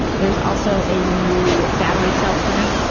there's also a new battery cell plant.